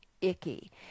icky